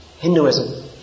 Hinduism